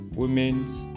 women's